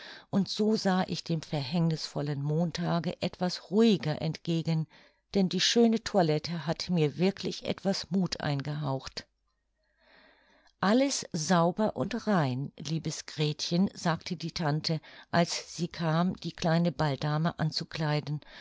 und so sah ich dem verhängnißvollen montage etwas ruhiger entgegen denn die schöne toilette hatte mir wirklich etwas muth eingehaucht alles sauber und rein liebes gretchen sagte die tante als sie kam die kleine balldame anzukleiden